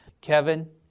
Kevin